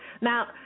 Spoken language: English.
Now